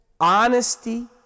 honesty